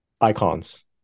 icons